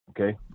Okay